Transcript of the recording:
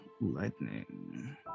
lightning